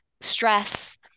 stress